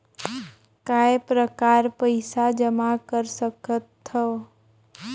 काय प्रकार पईसा जमा कर सकथव?